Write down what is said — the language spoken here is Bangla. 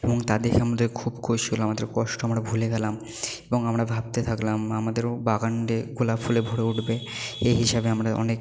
এবং তা দেখে আমাদের খুব খুশি হল আমাদের কষ্ট আমরা ভুলে গেলাম এবং আমরা ভাবতে থাকলাম আমাদেরও বাগানটা গোলাপ ফুলে ভরে উঠবে এই হিসাবে আমরা অনেক